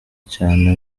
cyane